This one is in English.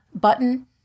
button